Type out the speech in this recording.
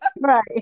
right